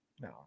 no